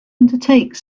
undertake